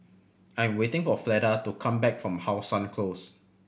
I am waiting for Fleda to come back from How Sun Close